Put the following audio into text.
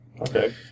Okay